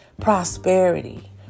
Prosperity